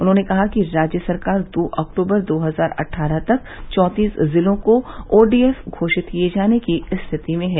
उन्होंने कहा कि राज्य सरकार दो अक्टूबर दो हजार अट्ठारह तक चौंतीस जिलों को ओडीएफ घोषित किये जाने की स्थिति में हैं